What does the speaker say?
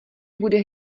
bude